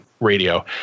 radio